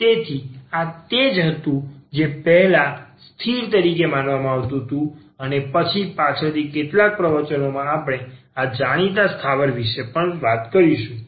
તેથી આ તે જ હતું જે પહેલા સ્થિર તરીકે માનવામાં આવતું હતું અને પાછળથી કેટલાક પ્રવચનોમાં આપણે આ જાણીતા સ્થાવર વિશે પણ વાત કરીશું